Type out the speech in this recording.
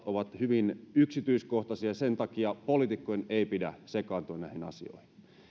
ovat hyvin yksityiskohtaisia ja sen takia poliitikkojen ei pidä sekaantua näihin asioihin